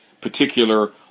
particular